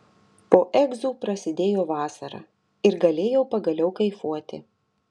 po egzų prasidėjo vasara ir galėjau pagaliau kaifuoti